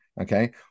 okay